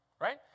Right